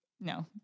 No